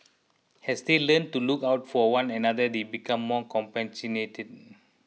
as they learn to look out for one another they become more compassionate